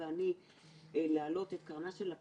ואנחנו מאחורי הקלעים ידענו שיהיה קושי